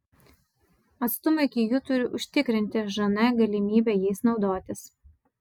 atstumai iki jų turi užtikrinti žn galimybę jais naudotis